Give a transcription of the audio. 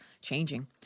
changing